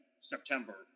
September